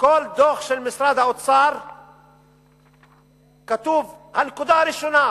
בכל דוח של משרד האוצר כתוב, הנקודה הראשונה: